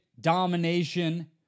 domination